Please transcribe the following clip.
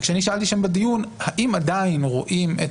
וכשאני שאלתי שם בדיון האם עדיין רואים את